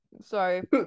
Sorry